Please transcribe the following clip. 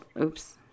oops